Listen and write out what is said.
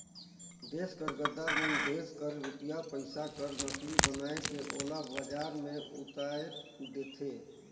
देस कर गद्दार मन देस कर रूपिया पइसा कर नकली बनाए के ओला बजार में उताएर देथे